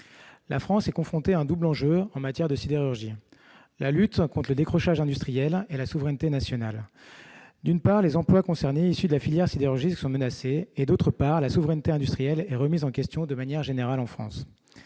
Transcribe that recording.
la France est confrontée à un double enjeu en matière de sidérurgie : la lutte conte le décrochage industriel et la préservation de la souveraineté nationale. D'une part, les emplois de la filière sidérurgique sont menacés ; d'autre part, la souveraineté industrielle est remise en question de manière générale en France.